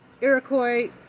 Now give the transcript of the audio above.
Iroquois